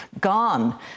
gone